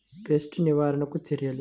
Pest నివారణకు చర్యలు?